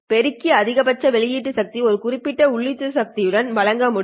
பெருக்கி அதிகபட்ச வெளியீட்டு சக்தி ஒரு குறிப்பிட்ட உள்ளீட்டு சக்தி உடன் வழங்க முடியும்